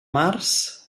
març